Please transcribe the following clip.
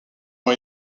ont